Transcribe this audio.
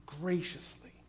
graciously